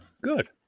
Good